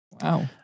wow